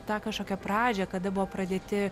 tą kažkokią pradžią kada buvo pradėti